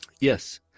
yes